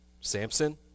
Samson